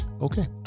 Okay